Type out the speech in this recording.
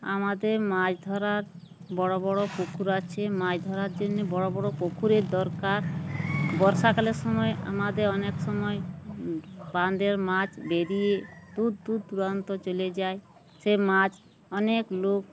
আমাদের মাছ ধরার বড়ো বড়ো পুকুর আছে মাছ ধরার জন্যে বড়ো বড়ো পুকুরের দরকার বর্ষাকালের সময় আমাদের অনেক সময় বাঁদের মাছ বেরিয়ে দুর দূর দূরান্ত চলে যায় সে মাছ অনেক লোক